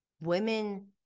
women